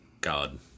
god